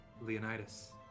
Leonidas